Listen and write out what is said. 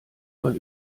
man